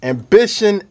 Ambition